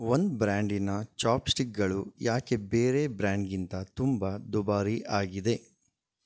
ಒಂದು ಬ್ರ್ಯಾಂಡಿನ ಚಾಪ್ಸ್ಟಿಕ್ಗಳು ಯಾಕೆ ಬೇರೆ ಬ್ರ್ಯಾಂಡ್ಗಿಂತ ತುಂಬ ದುಬಾರಿ ಆಗಿದೆ